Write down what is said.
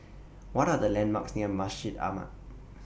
What Are The landmarks near Masjid Ahmad